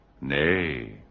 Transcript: Nay